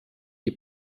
die